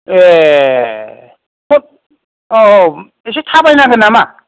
ए होथ औ औ एसे थाबायनांगोन नामा